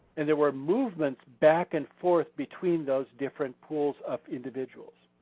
and there were movements back and forth between those different pools of individuals.